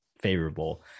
favorable